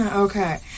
Okay